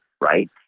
right